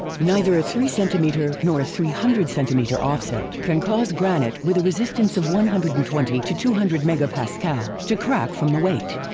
neither a three centimeter nor a three hundred centimeter offset can cause granite with a resistance of one hundred and twenty to two hundred mega pascal to crack from the weight.